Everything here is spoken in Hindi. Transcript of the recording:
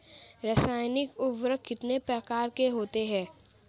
रासायनिक उर्वरक कितने प्रकार के होते हैं?